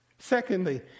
Secondly